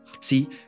see